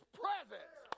presence